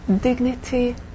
dignity